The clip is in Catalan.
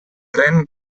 pren